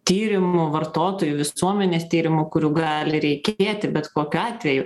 tyrimų vartotojų visuomenės tyrimų kurių gali reikėti bet kokiu atveju